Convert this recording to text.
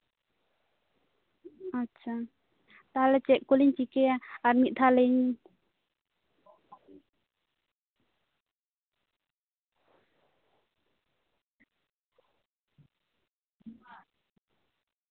ᱟᱪᱪᱷᱟ ᱛᱟᱞᱦᱮ ᱪᱮᱫ ᱠᱚᱞᱤᱧ ᱪᱤᱠᱟᱹᱭᱟ ᱟᱨ ᱢᱤᱫ ᱫᱷᱟᱣ ᱞᱟᱹᱭᱤᱧ